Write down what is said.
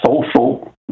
social